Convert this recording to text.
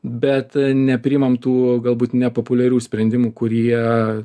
bet nepriimam tų galbūt nepopuliarių sprendimų kurie